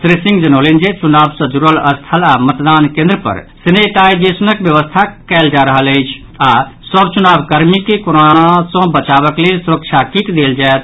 श्री सिंह जनौलनि जे चुनाव सँ जुड़ल स्थल आओर मतदान केन्द्रपर सेनेटाईजेशनक व्यवस्था कयल जा रहल अछि आओर सभ चुनाव कर्मी के कोरोना सँ बचावक लेल सुरक्षा किट देल जायत